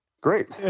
Great